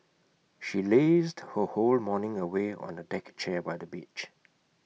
she lazed her whole morning away on A deck chair by the beach